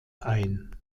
ein